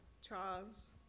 Charles